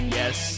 yes